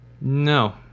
No